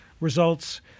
results